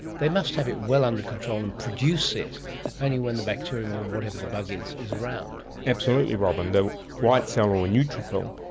they must have it well under control and produce it only when the bacterium or whatever the bug is, is around. absolutely, robyn. the white cell, or neutrophil,